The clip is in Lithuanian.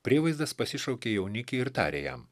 prievaizdas pasišaukė jaunikį ir tarė jam